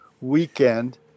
weekend